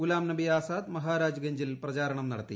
ഗുലാംനബി ആസാദ് മഹാരാജ് ഗഞ്ചിൽ പ്രചാരണം നടത്തി